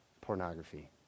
pornography